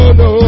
no